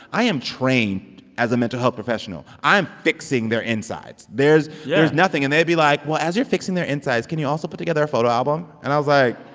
i am trained as a mental health professional. i am fixing their insides yeah there's nothing and they'd be like, well, as you're fixing their insides, can you also put together a photo album? and i was like.